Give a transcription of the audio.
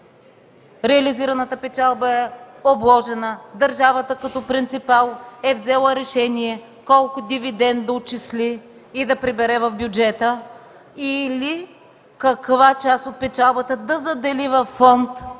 реализираната печалба е обложена; държавата като принципал е взела решение колко дивидент да отчисли и прибере в бюджета, или каква част от печалбата да задели в